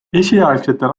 esialgsetel